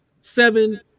seven